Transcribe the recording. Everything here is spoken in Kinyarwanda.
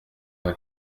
ari